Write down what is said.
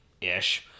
ish